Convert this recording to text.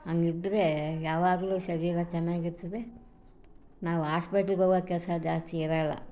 ಹಾಗಿದ್ರೇ ಯಾವಾಗ್ಲೂ ಶರೀರ ಚೆನ್ನಾಗಿರ್ತದೆ ನಾವು ಆಸ್ಪೆಟ್ಲಿಗೆ ಹೋಗೋ ಕೆಲಸ ಜಾಸ್ತಿ ಇರೋಲ್ಲ